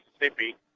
Mississippi